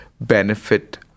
benefit